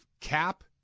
cap